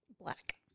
Black